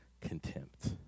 contempt